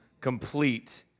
complete